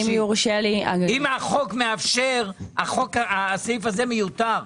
אם החוק מאפשר הסעיף הזה מיותר,